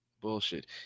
Bullshit